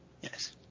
Yes